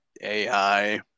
AI